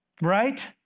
Right